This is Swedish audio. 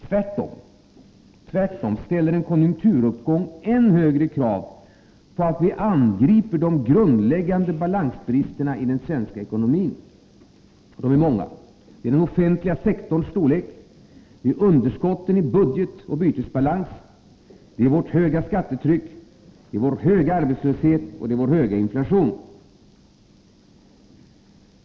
Tvärtom ställer en konjunkturuppgång än högre krav på att vi angriper de grundläggande balansbristerna i den svenska ekonomin, och de är många: den offentliga sektorns storlek, underskotten i budget och bytesbalans, vårt höga skattetryck, vår höga arbetslöshet och vår höga inflation.